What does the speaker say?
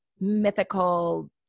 mythical